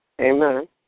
Amen